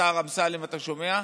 השר אמסלם, אתה שומע?